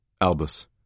Albus